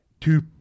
two